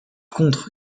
contre